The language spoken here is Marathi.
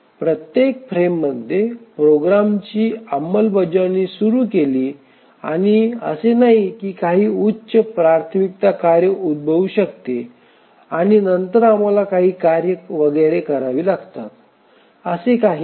प्रत्येक फ्रेममध्ये प्रोग्रामची अंमलबजावणी सुरू केली आणि असे नाही की काही उच्च प्राथमिकता कार्य उद्भवू शकते आणि नंतर आम्हाला काही कार्ये वगैरे करावी लागतात असे काहीही नाही